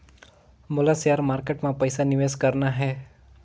मोला share market मां पइसा निवेश करना हे?